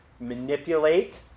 manipulate